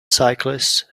cyclists